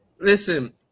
Listen